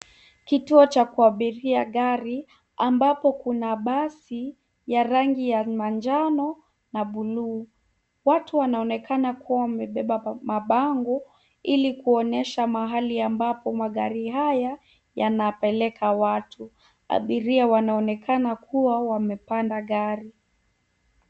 Kituo cha kuabiria gari ambapo kuna basi ya rangi ya manjano na buluu, watu wanaonekana kua wamebeba mabango ili kuonyesha mahali ambapo magari haya yanapeleka watu. Abiria wanaonekana kuwa wamepanda gari.